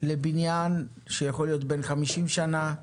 לבניין שיכול להיות בן 50 שנה,